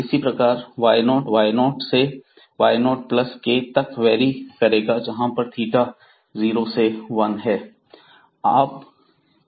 इसी प्रकार y0 y0 से y0 प्लस k तक वेरी करेगा जहां पर थीटा 0 से 1 है